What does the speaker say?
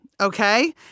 Okay